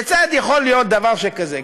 כיצד יכול להיות דבר שכזה?